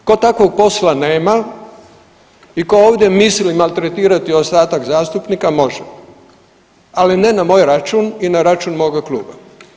Tko takvog posla nema, i tko ovdje misli maltretirati ostatak zastupnika, može, ali ne na moj račun i na račun moga Kluba.